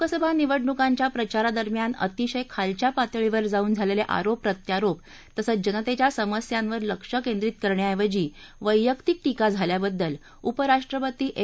लोकसभा निवडणुकांच्या प्रचारादरम्यान अतिशय खालच्या पातळीवर जाऊन झालेले आरोप प्रत्यारोप तसंच जनतेच्या समस्यांवर लक्ष केंद्रित करण्याऐवजी वैयक्तीक टीका झाल्याबद्दल उपराष्ट्रपती एम